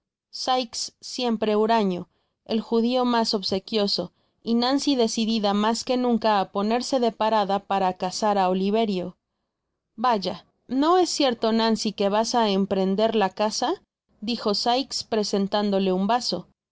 sikes siempre huraño el judio mas obsequioso y nancy decidida mas que nunca á ponerse de parada para cazar á oliverio vaya no es cierto nancy que vas á emprender la caza dijo sikes presentándole un vaso si